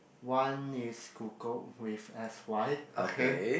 one is Kukup with S_Y okay